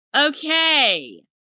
Okay